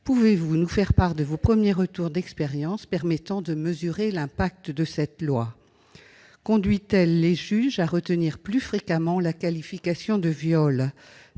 Pouvez-vous nous faire part de vos premiers retours d'expérience permettant de mesurer l'impact de cette loi ? Conduit-elle les juges à retenir plus fréquemment la qualification de viol ?